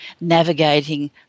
navigating